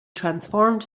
transformed